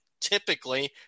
typically